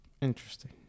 Interesting